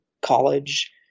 college